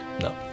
No